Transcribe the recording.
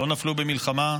לא נפלו במלחמה.